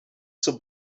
zur